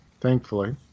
thankfully